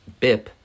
Bip